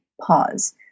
pause